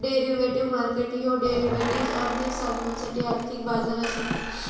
derivative market ह्यो derivatives, आर्थिक साधनांसाठी आर्थिक बाजार असा